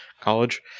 college